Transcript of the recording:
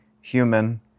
human